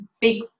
big